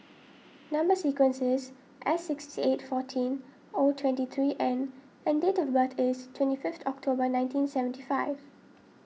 Number Sequence is S sixty eight fourteen O twenty three N and and date of birth is twenty fifth October nineteen seventy five